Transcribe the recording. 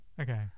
okay